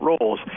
roles